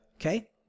Okay